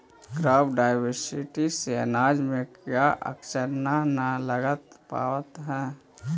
crop diversity से अनाज में कीड़ा अक्सर न न लग पावऽ हइ